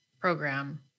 program